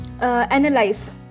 analyze